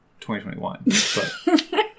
2021